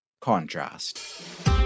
contrast